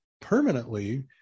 permanently